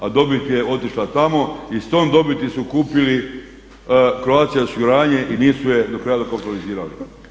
A dobit je otišla tamo i s tom dobiti su kupili Croatia osiguranje i nisu je do kraja dokapitalizirali.